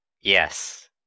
Yes